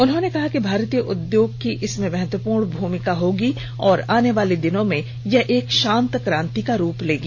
उन्होंने कहा कि भारतीय उद्योग की इसमें महत्वपूर्ण भूमिका होगी और आने वाले दिनों में यह एक शांत क्रांति का रूप लेगी